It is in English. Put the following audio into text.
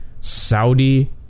Saudi